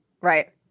right